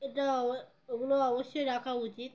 এটা ওগুলো অবশ্যই রাখা উচিত